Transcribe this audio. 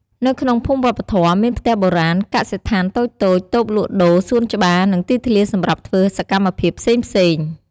នៅក្នុងភូមិវប្បធម៌មានផ្ទះបុរាណ កសិដ្ឋានតូចៗ តូបលក់ដូរ សួនច្បារ និងទីធ្លាសម្រាប់ធ្វើសកម្មភាពផ្សេងៗ។